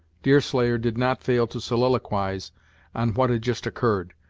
deerslayer did not fail to soliloquize on what had just occurred,